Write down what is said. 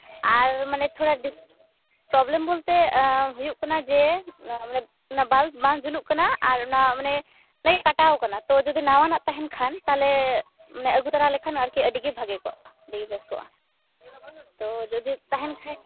ᱟᱨ ᱢᱟᱱᱮ ᱛᱷᱚᱲᱟ this problem ᱵᱚᱞᱛᱮ ᱦᱩᱭᱩᱜ ᱠᱟᱱᱟ ᱡᱮ ᱚᱱᱮ ᱵᱟᱞᱵ ᱵᱟᱝ ᱡᱩᱞᱩᱜ ᱠᱟᱱᱟ ᱟᱨ ᱚᱱᱟ ᱢᱟᱱᱮ ᱚᱱᱟ ᱜᱮ ᱠᱟᱴᱟᱣ ᱟᱠᱟᱱᱟ ᱛᱚ ᱡᱩᱫᱤ ᱱᱟᱣᱟᱱᱟᱜ ᱛᱟᱦᱮᱱ ᱠᱷᱟᱱ ᱛᱟᱦᱚᱞᱮ ᱢᱟᱱᱮ ᱟᱹᱜᱩ ᱛᱚᱨᱟ ᱞᱮᱠᱷᱟᱱ ᱟᱨᱠᱤ ᱟᱹᱰᱤ ᱜᱮ ᱵᱷᱟᱹᱜᱤ ᱠᱚᱜᱼᱟ ᱟᱹᱰᱤ ᱜᱮ ᱵᱮᱥ ᱠᱚᱜᱼᱟ ᱛᱚ ᱡᱩᱫᱤ ᱛᱟᱦᱮᱱ ᱠᱷᱟᱱ